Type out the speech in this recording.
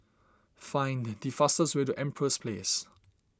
find the fastest way to Empress Place